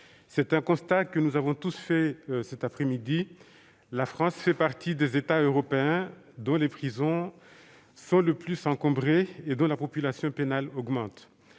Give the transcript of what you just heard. c'est un constat que nous avons tous fait cet après-midi : la France fait partie des États européens dont les prisons sont les plus encombrées et dont la population pénale augmente.